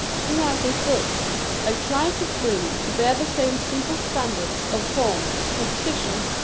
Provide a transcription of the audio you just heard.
throughout this book i try to bring to bear the same simple standards of form, composition,